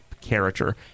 character